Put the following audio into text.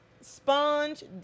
sponge